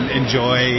enjoy